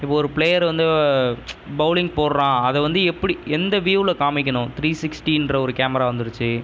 இப்போ ஒரு பிளேயர் வந்து பௌலிங் போடுறான் அதை வந்து எப்படி எந்த வியூவில் காமிக்கனும் த்ரீ சிக்ஸ்டின்ற ஒரு கேமரா வந்துருச்சு